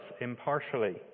impartially